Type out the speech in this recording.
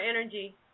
energy